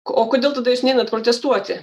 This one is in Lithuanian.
o kodėl tada jūs neinat protestuoti